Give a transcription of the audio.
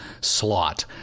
slot